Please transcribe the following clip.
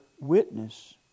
witness